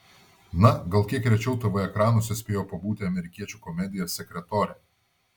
na gal kiek rečiau tv ekranuose spėjo pabūti amerikiečių komedija sekretorė